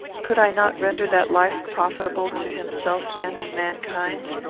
could i not render that life profitable to himself and to mankind?